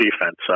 defense